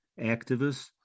activists